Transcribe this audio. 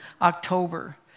October